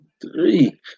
Three